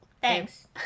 Thanks